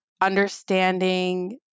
understanding